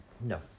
no